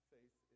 Faith